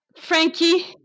Frankie